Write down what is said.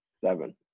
Seven